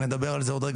ונדבר על זה עוד רגע.